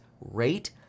rate